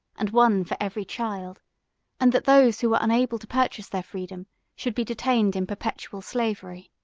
and one for every child and that those who were unable to purchase their freedom should be detained in perpetual slavery.